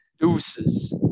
Deuces